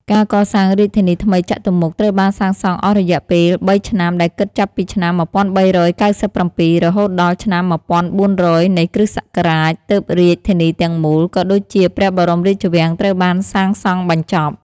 ការកសាងរាជធានីថ្មីចតុមុខ ត្រូវបានសាងសង់អស់រយៈពេល ៣ឆ្នាំ ដែលគិតចាប់ពី ឆ្នាំ ១៣៩៧ រហូតដល់ ឆ្នាំ ១៤០០ នៃគ.សករាជ ទើបរាជធានីទាំងមូល ក៏ដូចជាព្រះបរមរាជវាំងត្រូវបានសាងសង់បញ្ចប់។